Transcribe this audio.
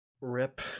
rip